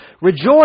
Rejoice